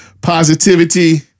positivity